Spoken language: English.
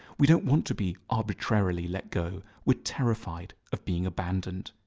we don't want to be arbitrarily let go, we are terrified of being abandoned.